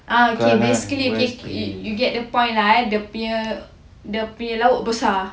ah K basically K you get the point lah eh dia punya laut besar